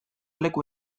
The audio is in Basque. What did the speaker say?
leku